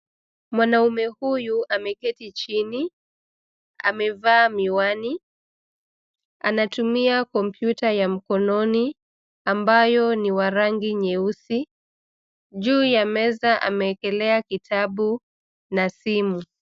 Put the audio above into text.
Mwanaume huyu ameketi chini. Amevaa miwani. Anatumia kompyuta ya mkononi ambayo ni wa rangi nyeusi. Juu ya meza ameekelea kitabu na simu.